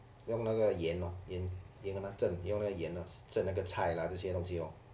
用那个盐 lor 盐盐跟它浈用那个盐 lor 浈那个菜 lah 这些东西 lor